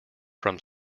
from